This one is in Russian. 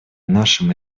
нашим